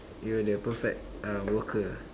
you that perfect uh worker ah